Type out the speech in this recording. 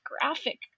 graphic